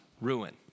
ruin